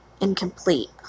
incomplete